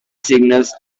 singles